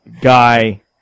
guy